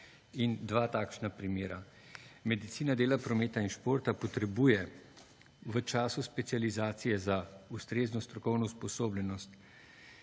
In dva takšna primera. Medicina dela prometa in športa potrebuje v času specializacije za ustrezno strokovno usposobljenost